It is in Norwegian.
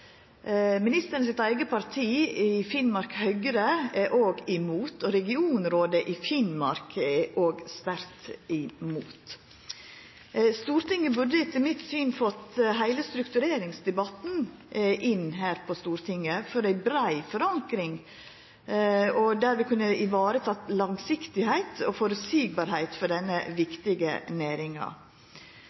parti, er òg imot, og regionrådet i Finnmark er sterkt imot. Stortinget burde etter mitt syn fått heile struktureringsdebatten til ei brei forankring, slik at vi kan sikra at det vert langsiktig og føreseieleg for denne viktige næringa.